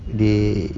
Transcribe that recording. they